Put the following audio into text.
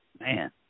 Man